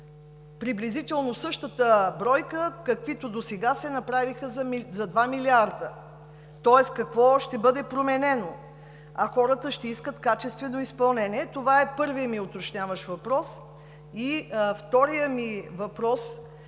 Приблизително същата бройка, каквито досега се направиха за 2 милиарда. Тоест какво ще бъде променено, а хората ще искат качествено изпълнение? Това е първият ми уточняващ въпрос. Вторият ми въпрос е: